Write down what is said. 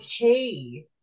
okay